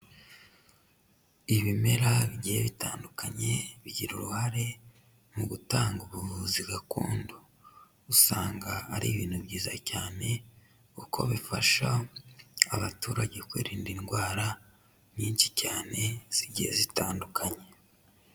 Ibimera bigiye bitandukanye, bigira uruhare mu gutanga ubuvuzi gakondo, usanga ari ibintu byiza cyane kuko bifasha abaturage kwirinda indwara nyinshi cyane zigiye zitandukanye.